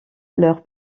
leurs